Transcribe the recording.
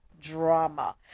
drama